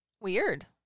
Weird